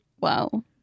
Wow